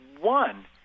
one